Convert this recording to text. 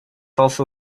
also